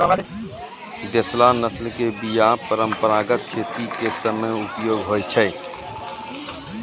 देशला नस्ल के बीया परंपरागत खेती के समय मे उपयोग होय छै